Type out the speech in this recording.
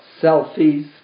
Selfies